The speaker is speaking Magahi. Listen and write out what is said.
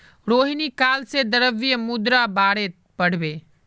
रोहिणी काल से द्रव्य मुद्रार बारेत पढ़बे